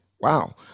wow